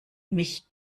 mich